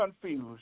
confused